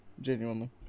Genuinely